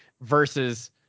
versus